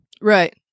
Right